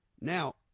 Now